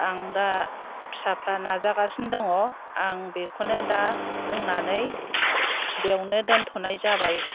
आं दा फिसाफ्रा नाजागासिनो दङ आं बेखौनो दा बुंनानै बेवनो दा दोनथ'नाय जाबाय